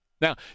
Now